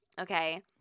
Okay